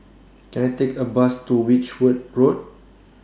Can I Take A Bus to Which Wood Road